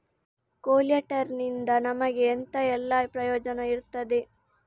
ಕೊಲ್ಯಟರ್ ನಿಂದ ನಮಗೆ ಎಂತ ಎಲ್ಲಾ ಪ್ರಯೋಜನ ಇರ್ತದೆ?